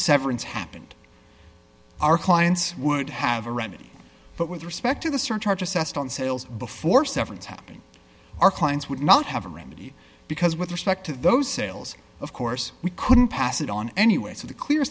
severance happened our clients would have a remedy but with respect to the surcharge assessed on sales before severance happened our clients would not have a remedy because with respect to those sales of course we couldn't pass it on anyway so the clear